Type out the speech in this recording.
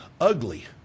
ugly